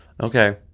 Okay